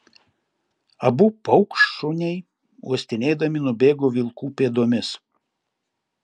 abu paukštšuniai uostinėdami nubėgo vilkų pėdomis